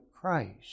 Christ